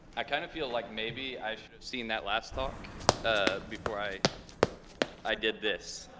i kinda feel like maybe i should've seen that last talk ah before i i did this.